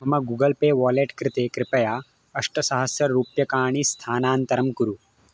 मम Google Pay wallet कृते कृपया अष्टसहस्ररूप्यकाणि स्थानान्तरं कुरु